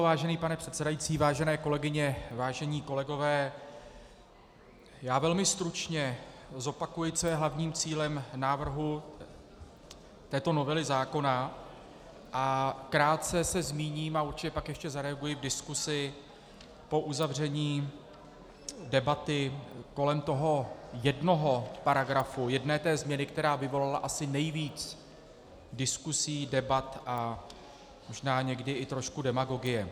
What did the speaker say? Vážený pane předsedající, vážené kolegyně, vážení kolegové, velmi stručně zopakuji, co je hlavním cílem návrhu této novely zákona, a krátce se zmíním a určitě pak ještě zareaguji v diskusi po uzavření debaty kolem toho jednoho paragrafu, jedné té změny, která vyvolala asi nejvíc diskusí, debat a možná někdy i trošku demagogie.